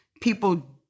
people